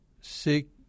seek